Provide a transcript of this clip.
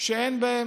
שאין בהן